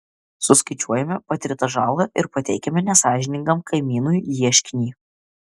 suskaičiuojame patirtą žalą ir pateikiame nesąžiningam kaimynui ieškinį